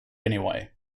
anyway